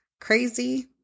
Crazy